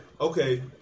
Okay